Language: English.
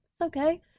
Okay